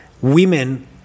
women